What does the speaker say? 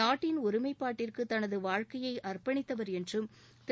நாட்டின் ஒருமைப்பாட்டிற்கு தனது வாழக்கையை அர்ப்பணித்தவர் என்றும் திரு